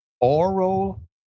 oral